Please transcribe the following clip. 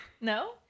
No